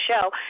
show